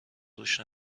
روش